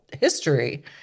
history